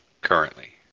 currently